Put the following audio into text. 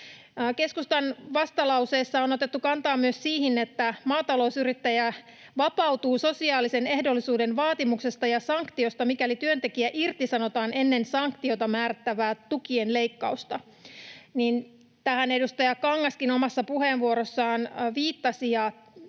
Keskustan vastalauseessa on otettu kantaa myös siihen, että maatalousyrittäjä vapautuu sosiaalisen ehdollisuuden vaatimuksesta ja sanktioista, mikäli työntekijä irtisanotaan ennen sanktiona määrättävää tukien leikkausta. Tähän edustaja Kangaskin omassa puheenvuorossaan viittasi. Pidän